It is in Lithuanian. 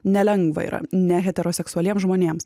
nelengva yra ne heteroseksualiems žmonėms